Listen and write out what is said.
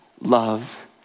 love